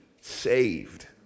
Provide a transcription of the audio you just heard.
saved